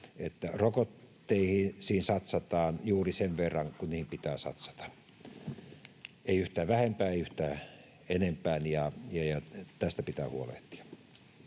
että rokotteisiin satsataan juuri sen verran kuin niihin pitää satsata, ei yhtään vähempää, ei yhtään enempää, ja tästä pitää huolehtia.